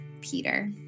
Peter